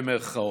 במירכאות,